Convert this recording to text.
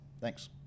Thanks